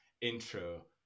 Intro